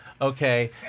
okay